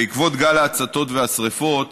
בעקבות גל ההצתות והשרפות,